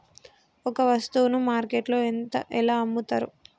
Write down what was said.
ఒక వస్తువును మార్కెట్లో ఎలా అమ్ముతరు?